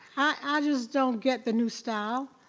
i just don't get the new style.